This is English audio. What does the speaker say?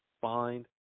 find